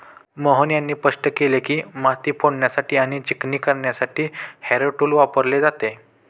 मोहन यांनी स्पष्ट केले की, माती फोडण्यासाठी आणि चिकणी करण्यासाठी हॅरो टूल वापरले जाते